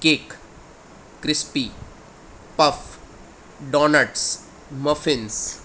cake crispy puff donuts muffins